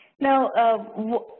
Now